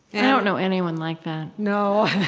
and i don't know anyone like that. no.